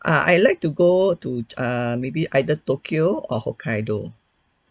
uh I'd like to go to err maybe either tokyo or hokkaido